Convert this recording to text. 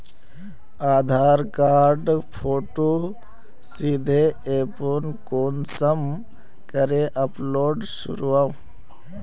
आधार कार्डेर फोटो सीधे ऐपोत कुंसम करे अपलोड करूम?